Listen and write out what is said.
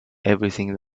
everything